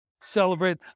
celebrate